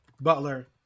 Butler